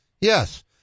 Yes